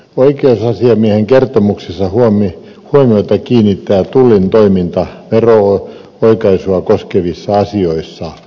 oikeusasiamiehen kertomuksessa huomiota kiinnittää tullin toiminta vero oikaisua koskevissa asioissa